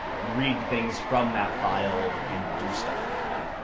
read things from that file and do stuff with them.